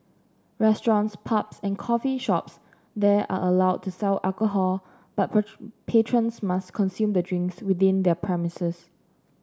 restaurants pubs and coffee shops there are allowed to sell alcohol but patrons must consume the drinks within their premises